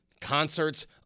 concerts